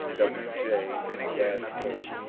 w. j. wadsworth,